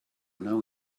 know